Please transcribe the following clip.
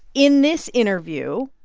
in this interview,